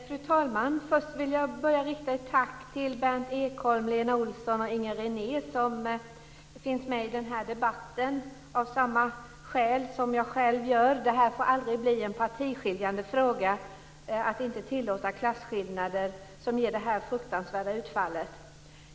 Fru talman! Först vill jag rikta ett tack till Berndt Ekholm, Lena Olsson och Inger René, som finns med i den här debatten av samma skäl som jag själv gör. Det får aldrig bli en partiskiljande fråga att inte tillåta klasskillnader som ger det här fruktansvärda utfallet.